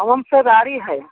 कौनसा गाड़ी है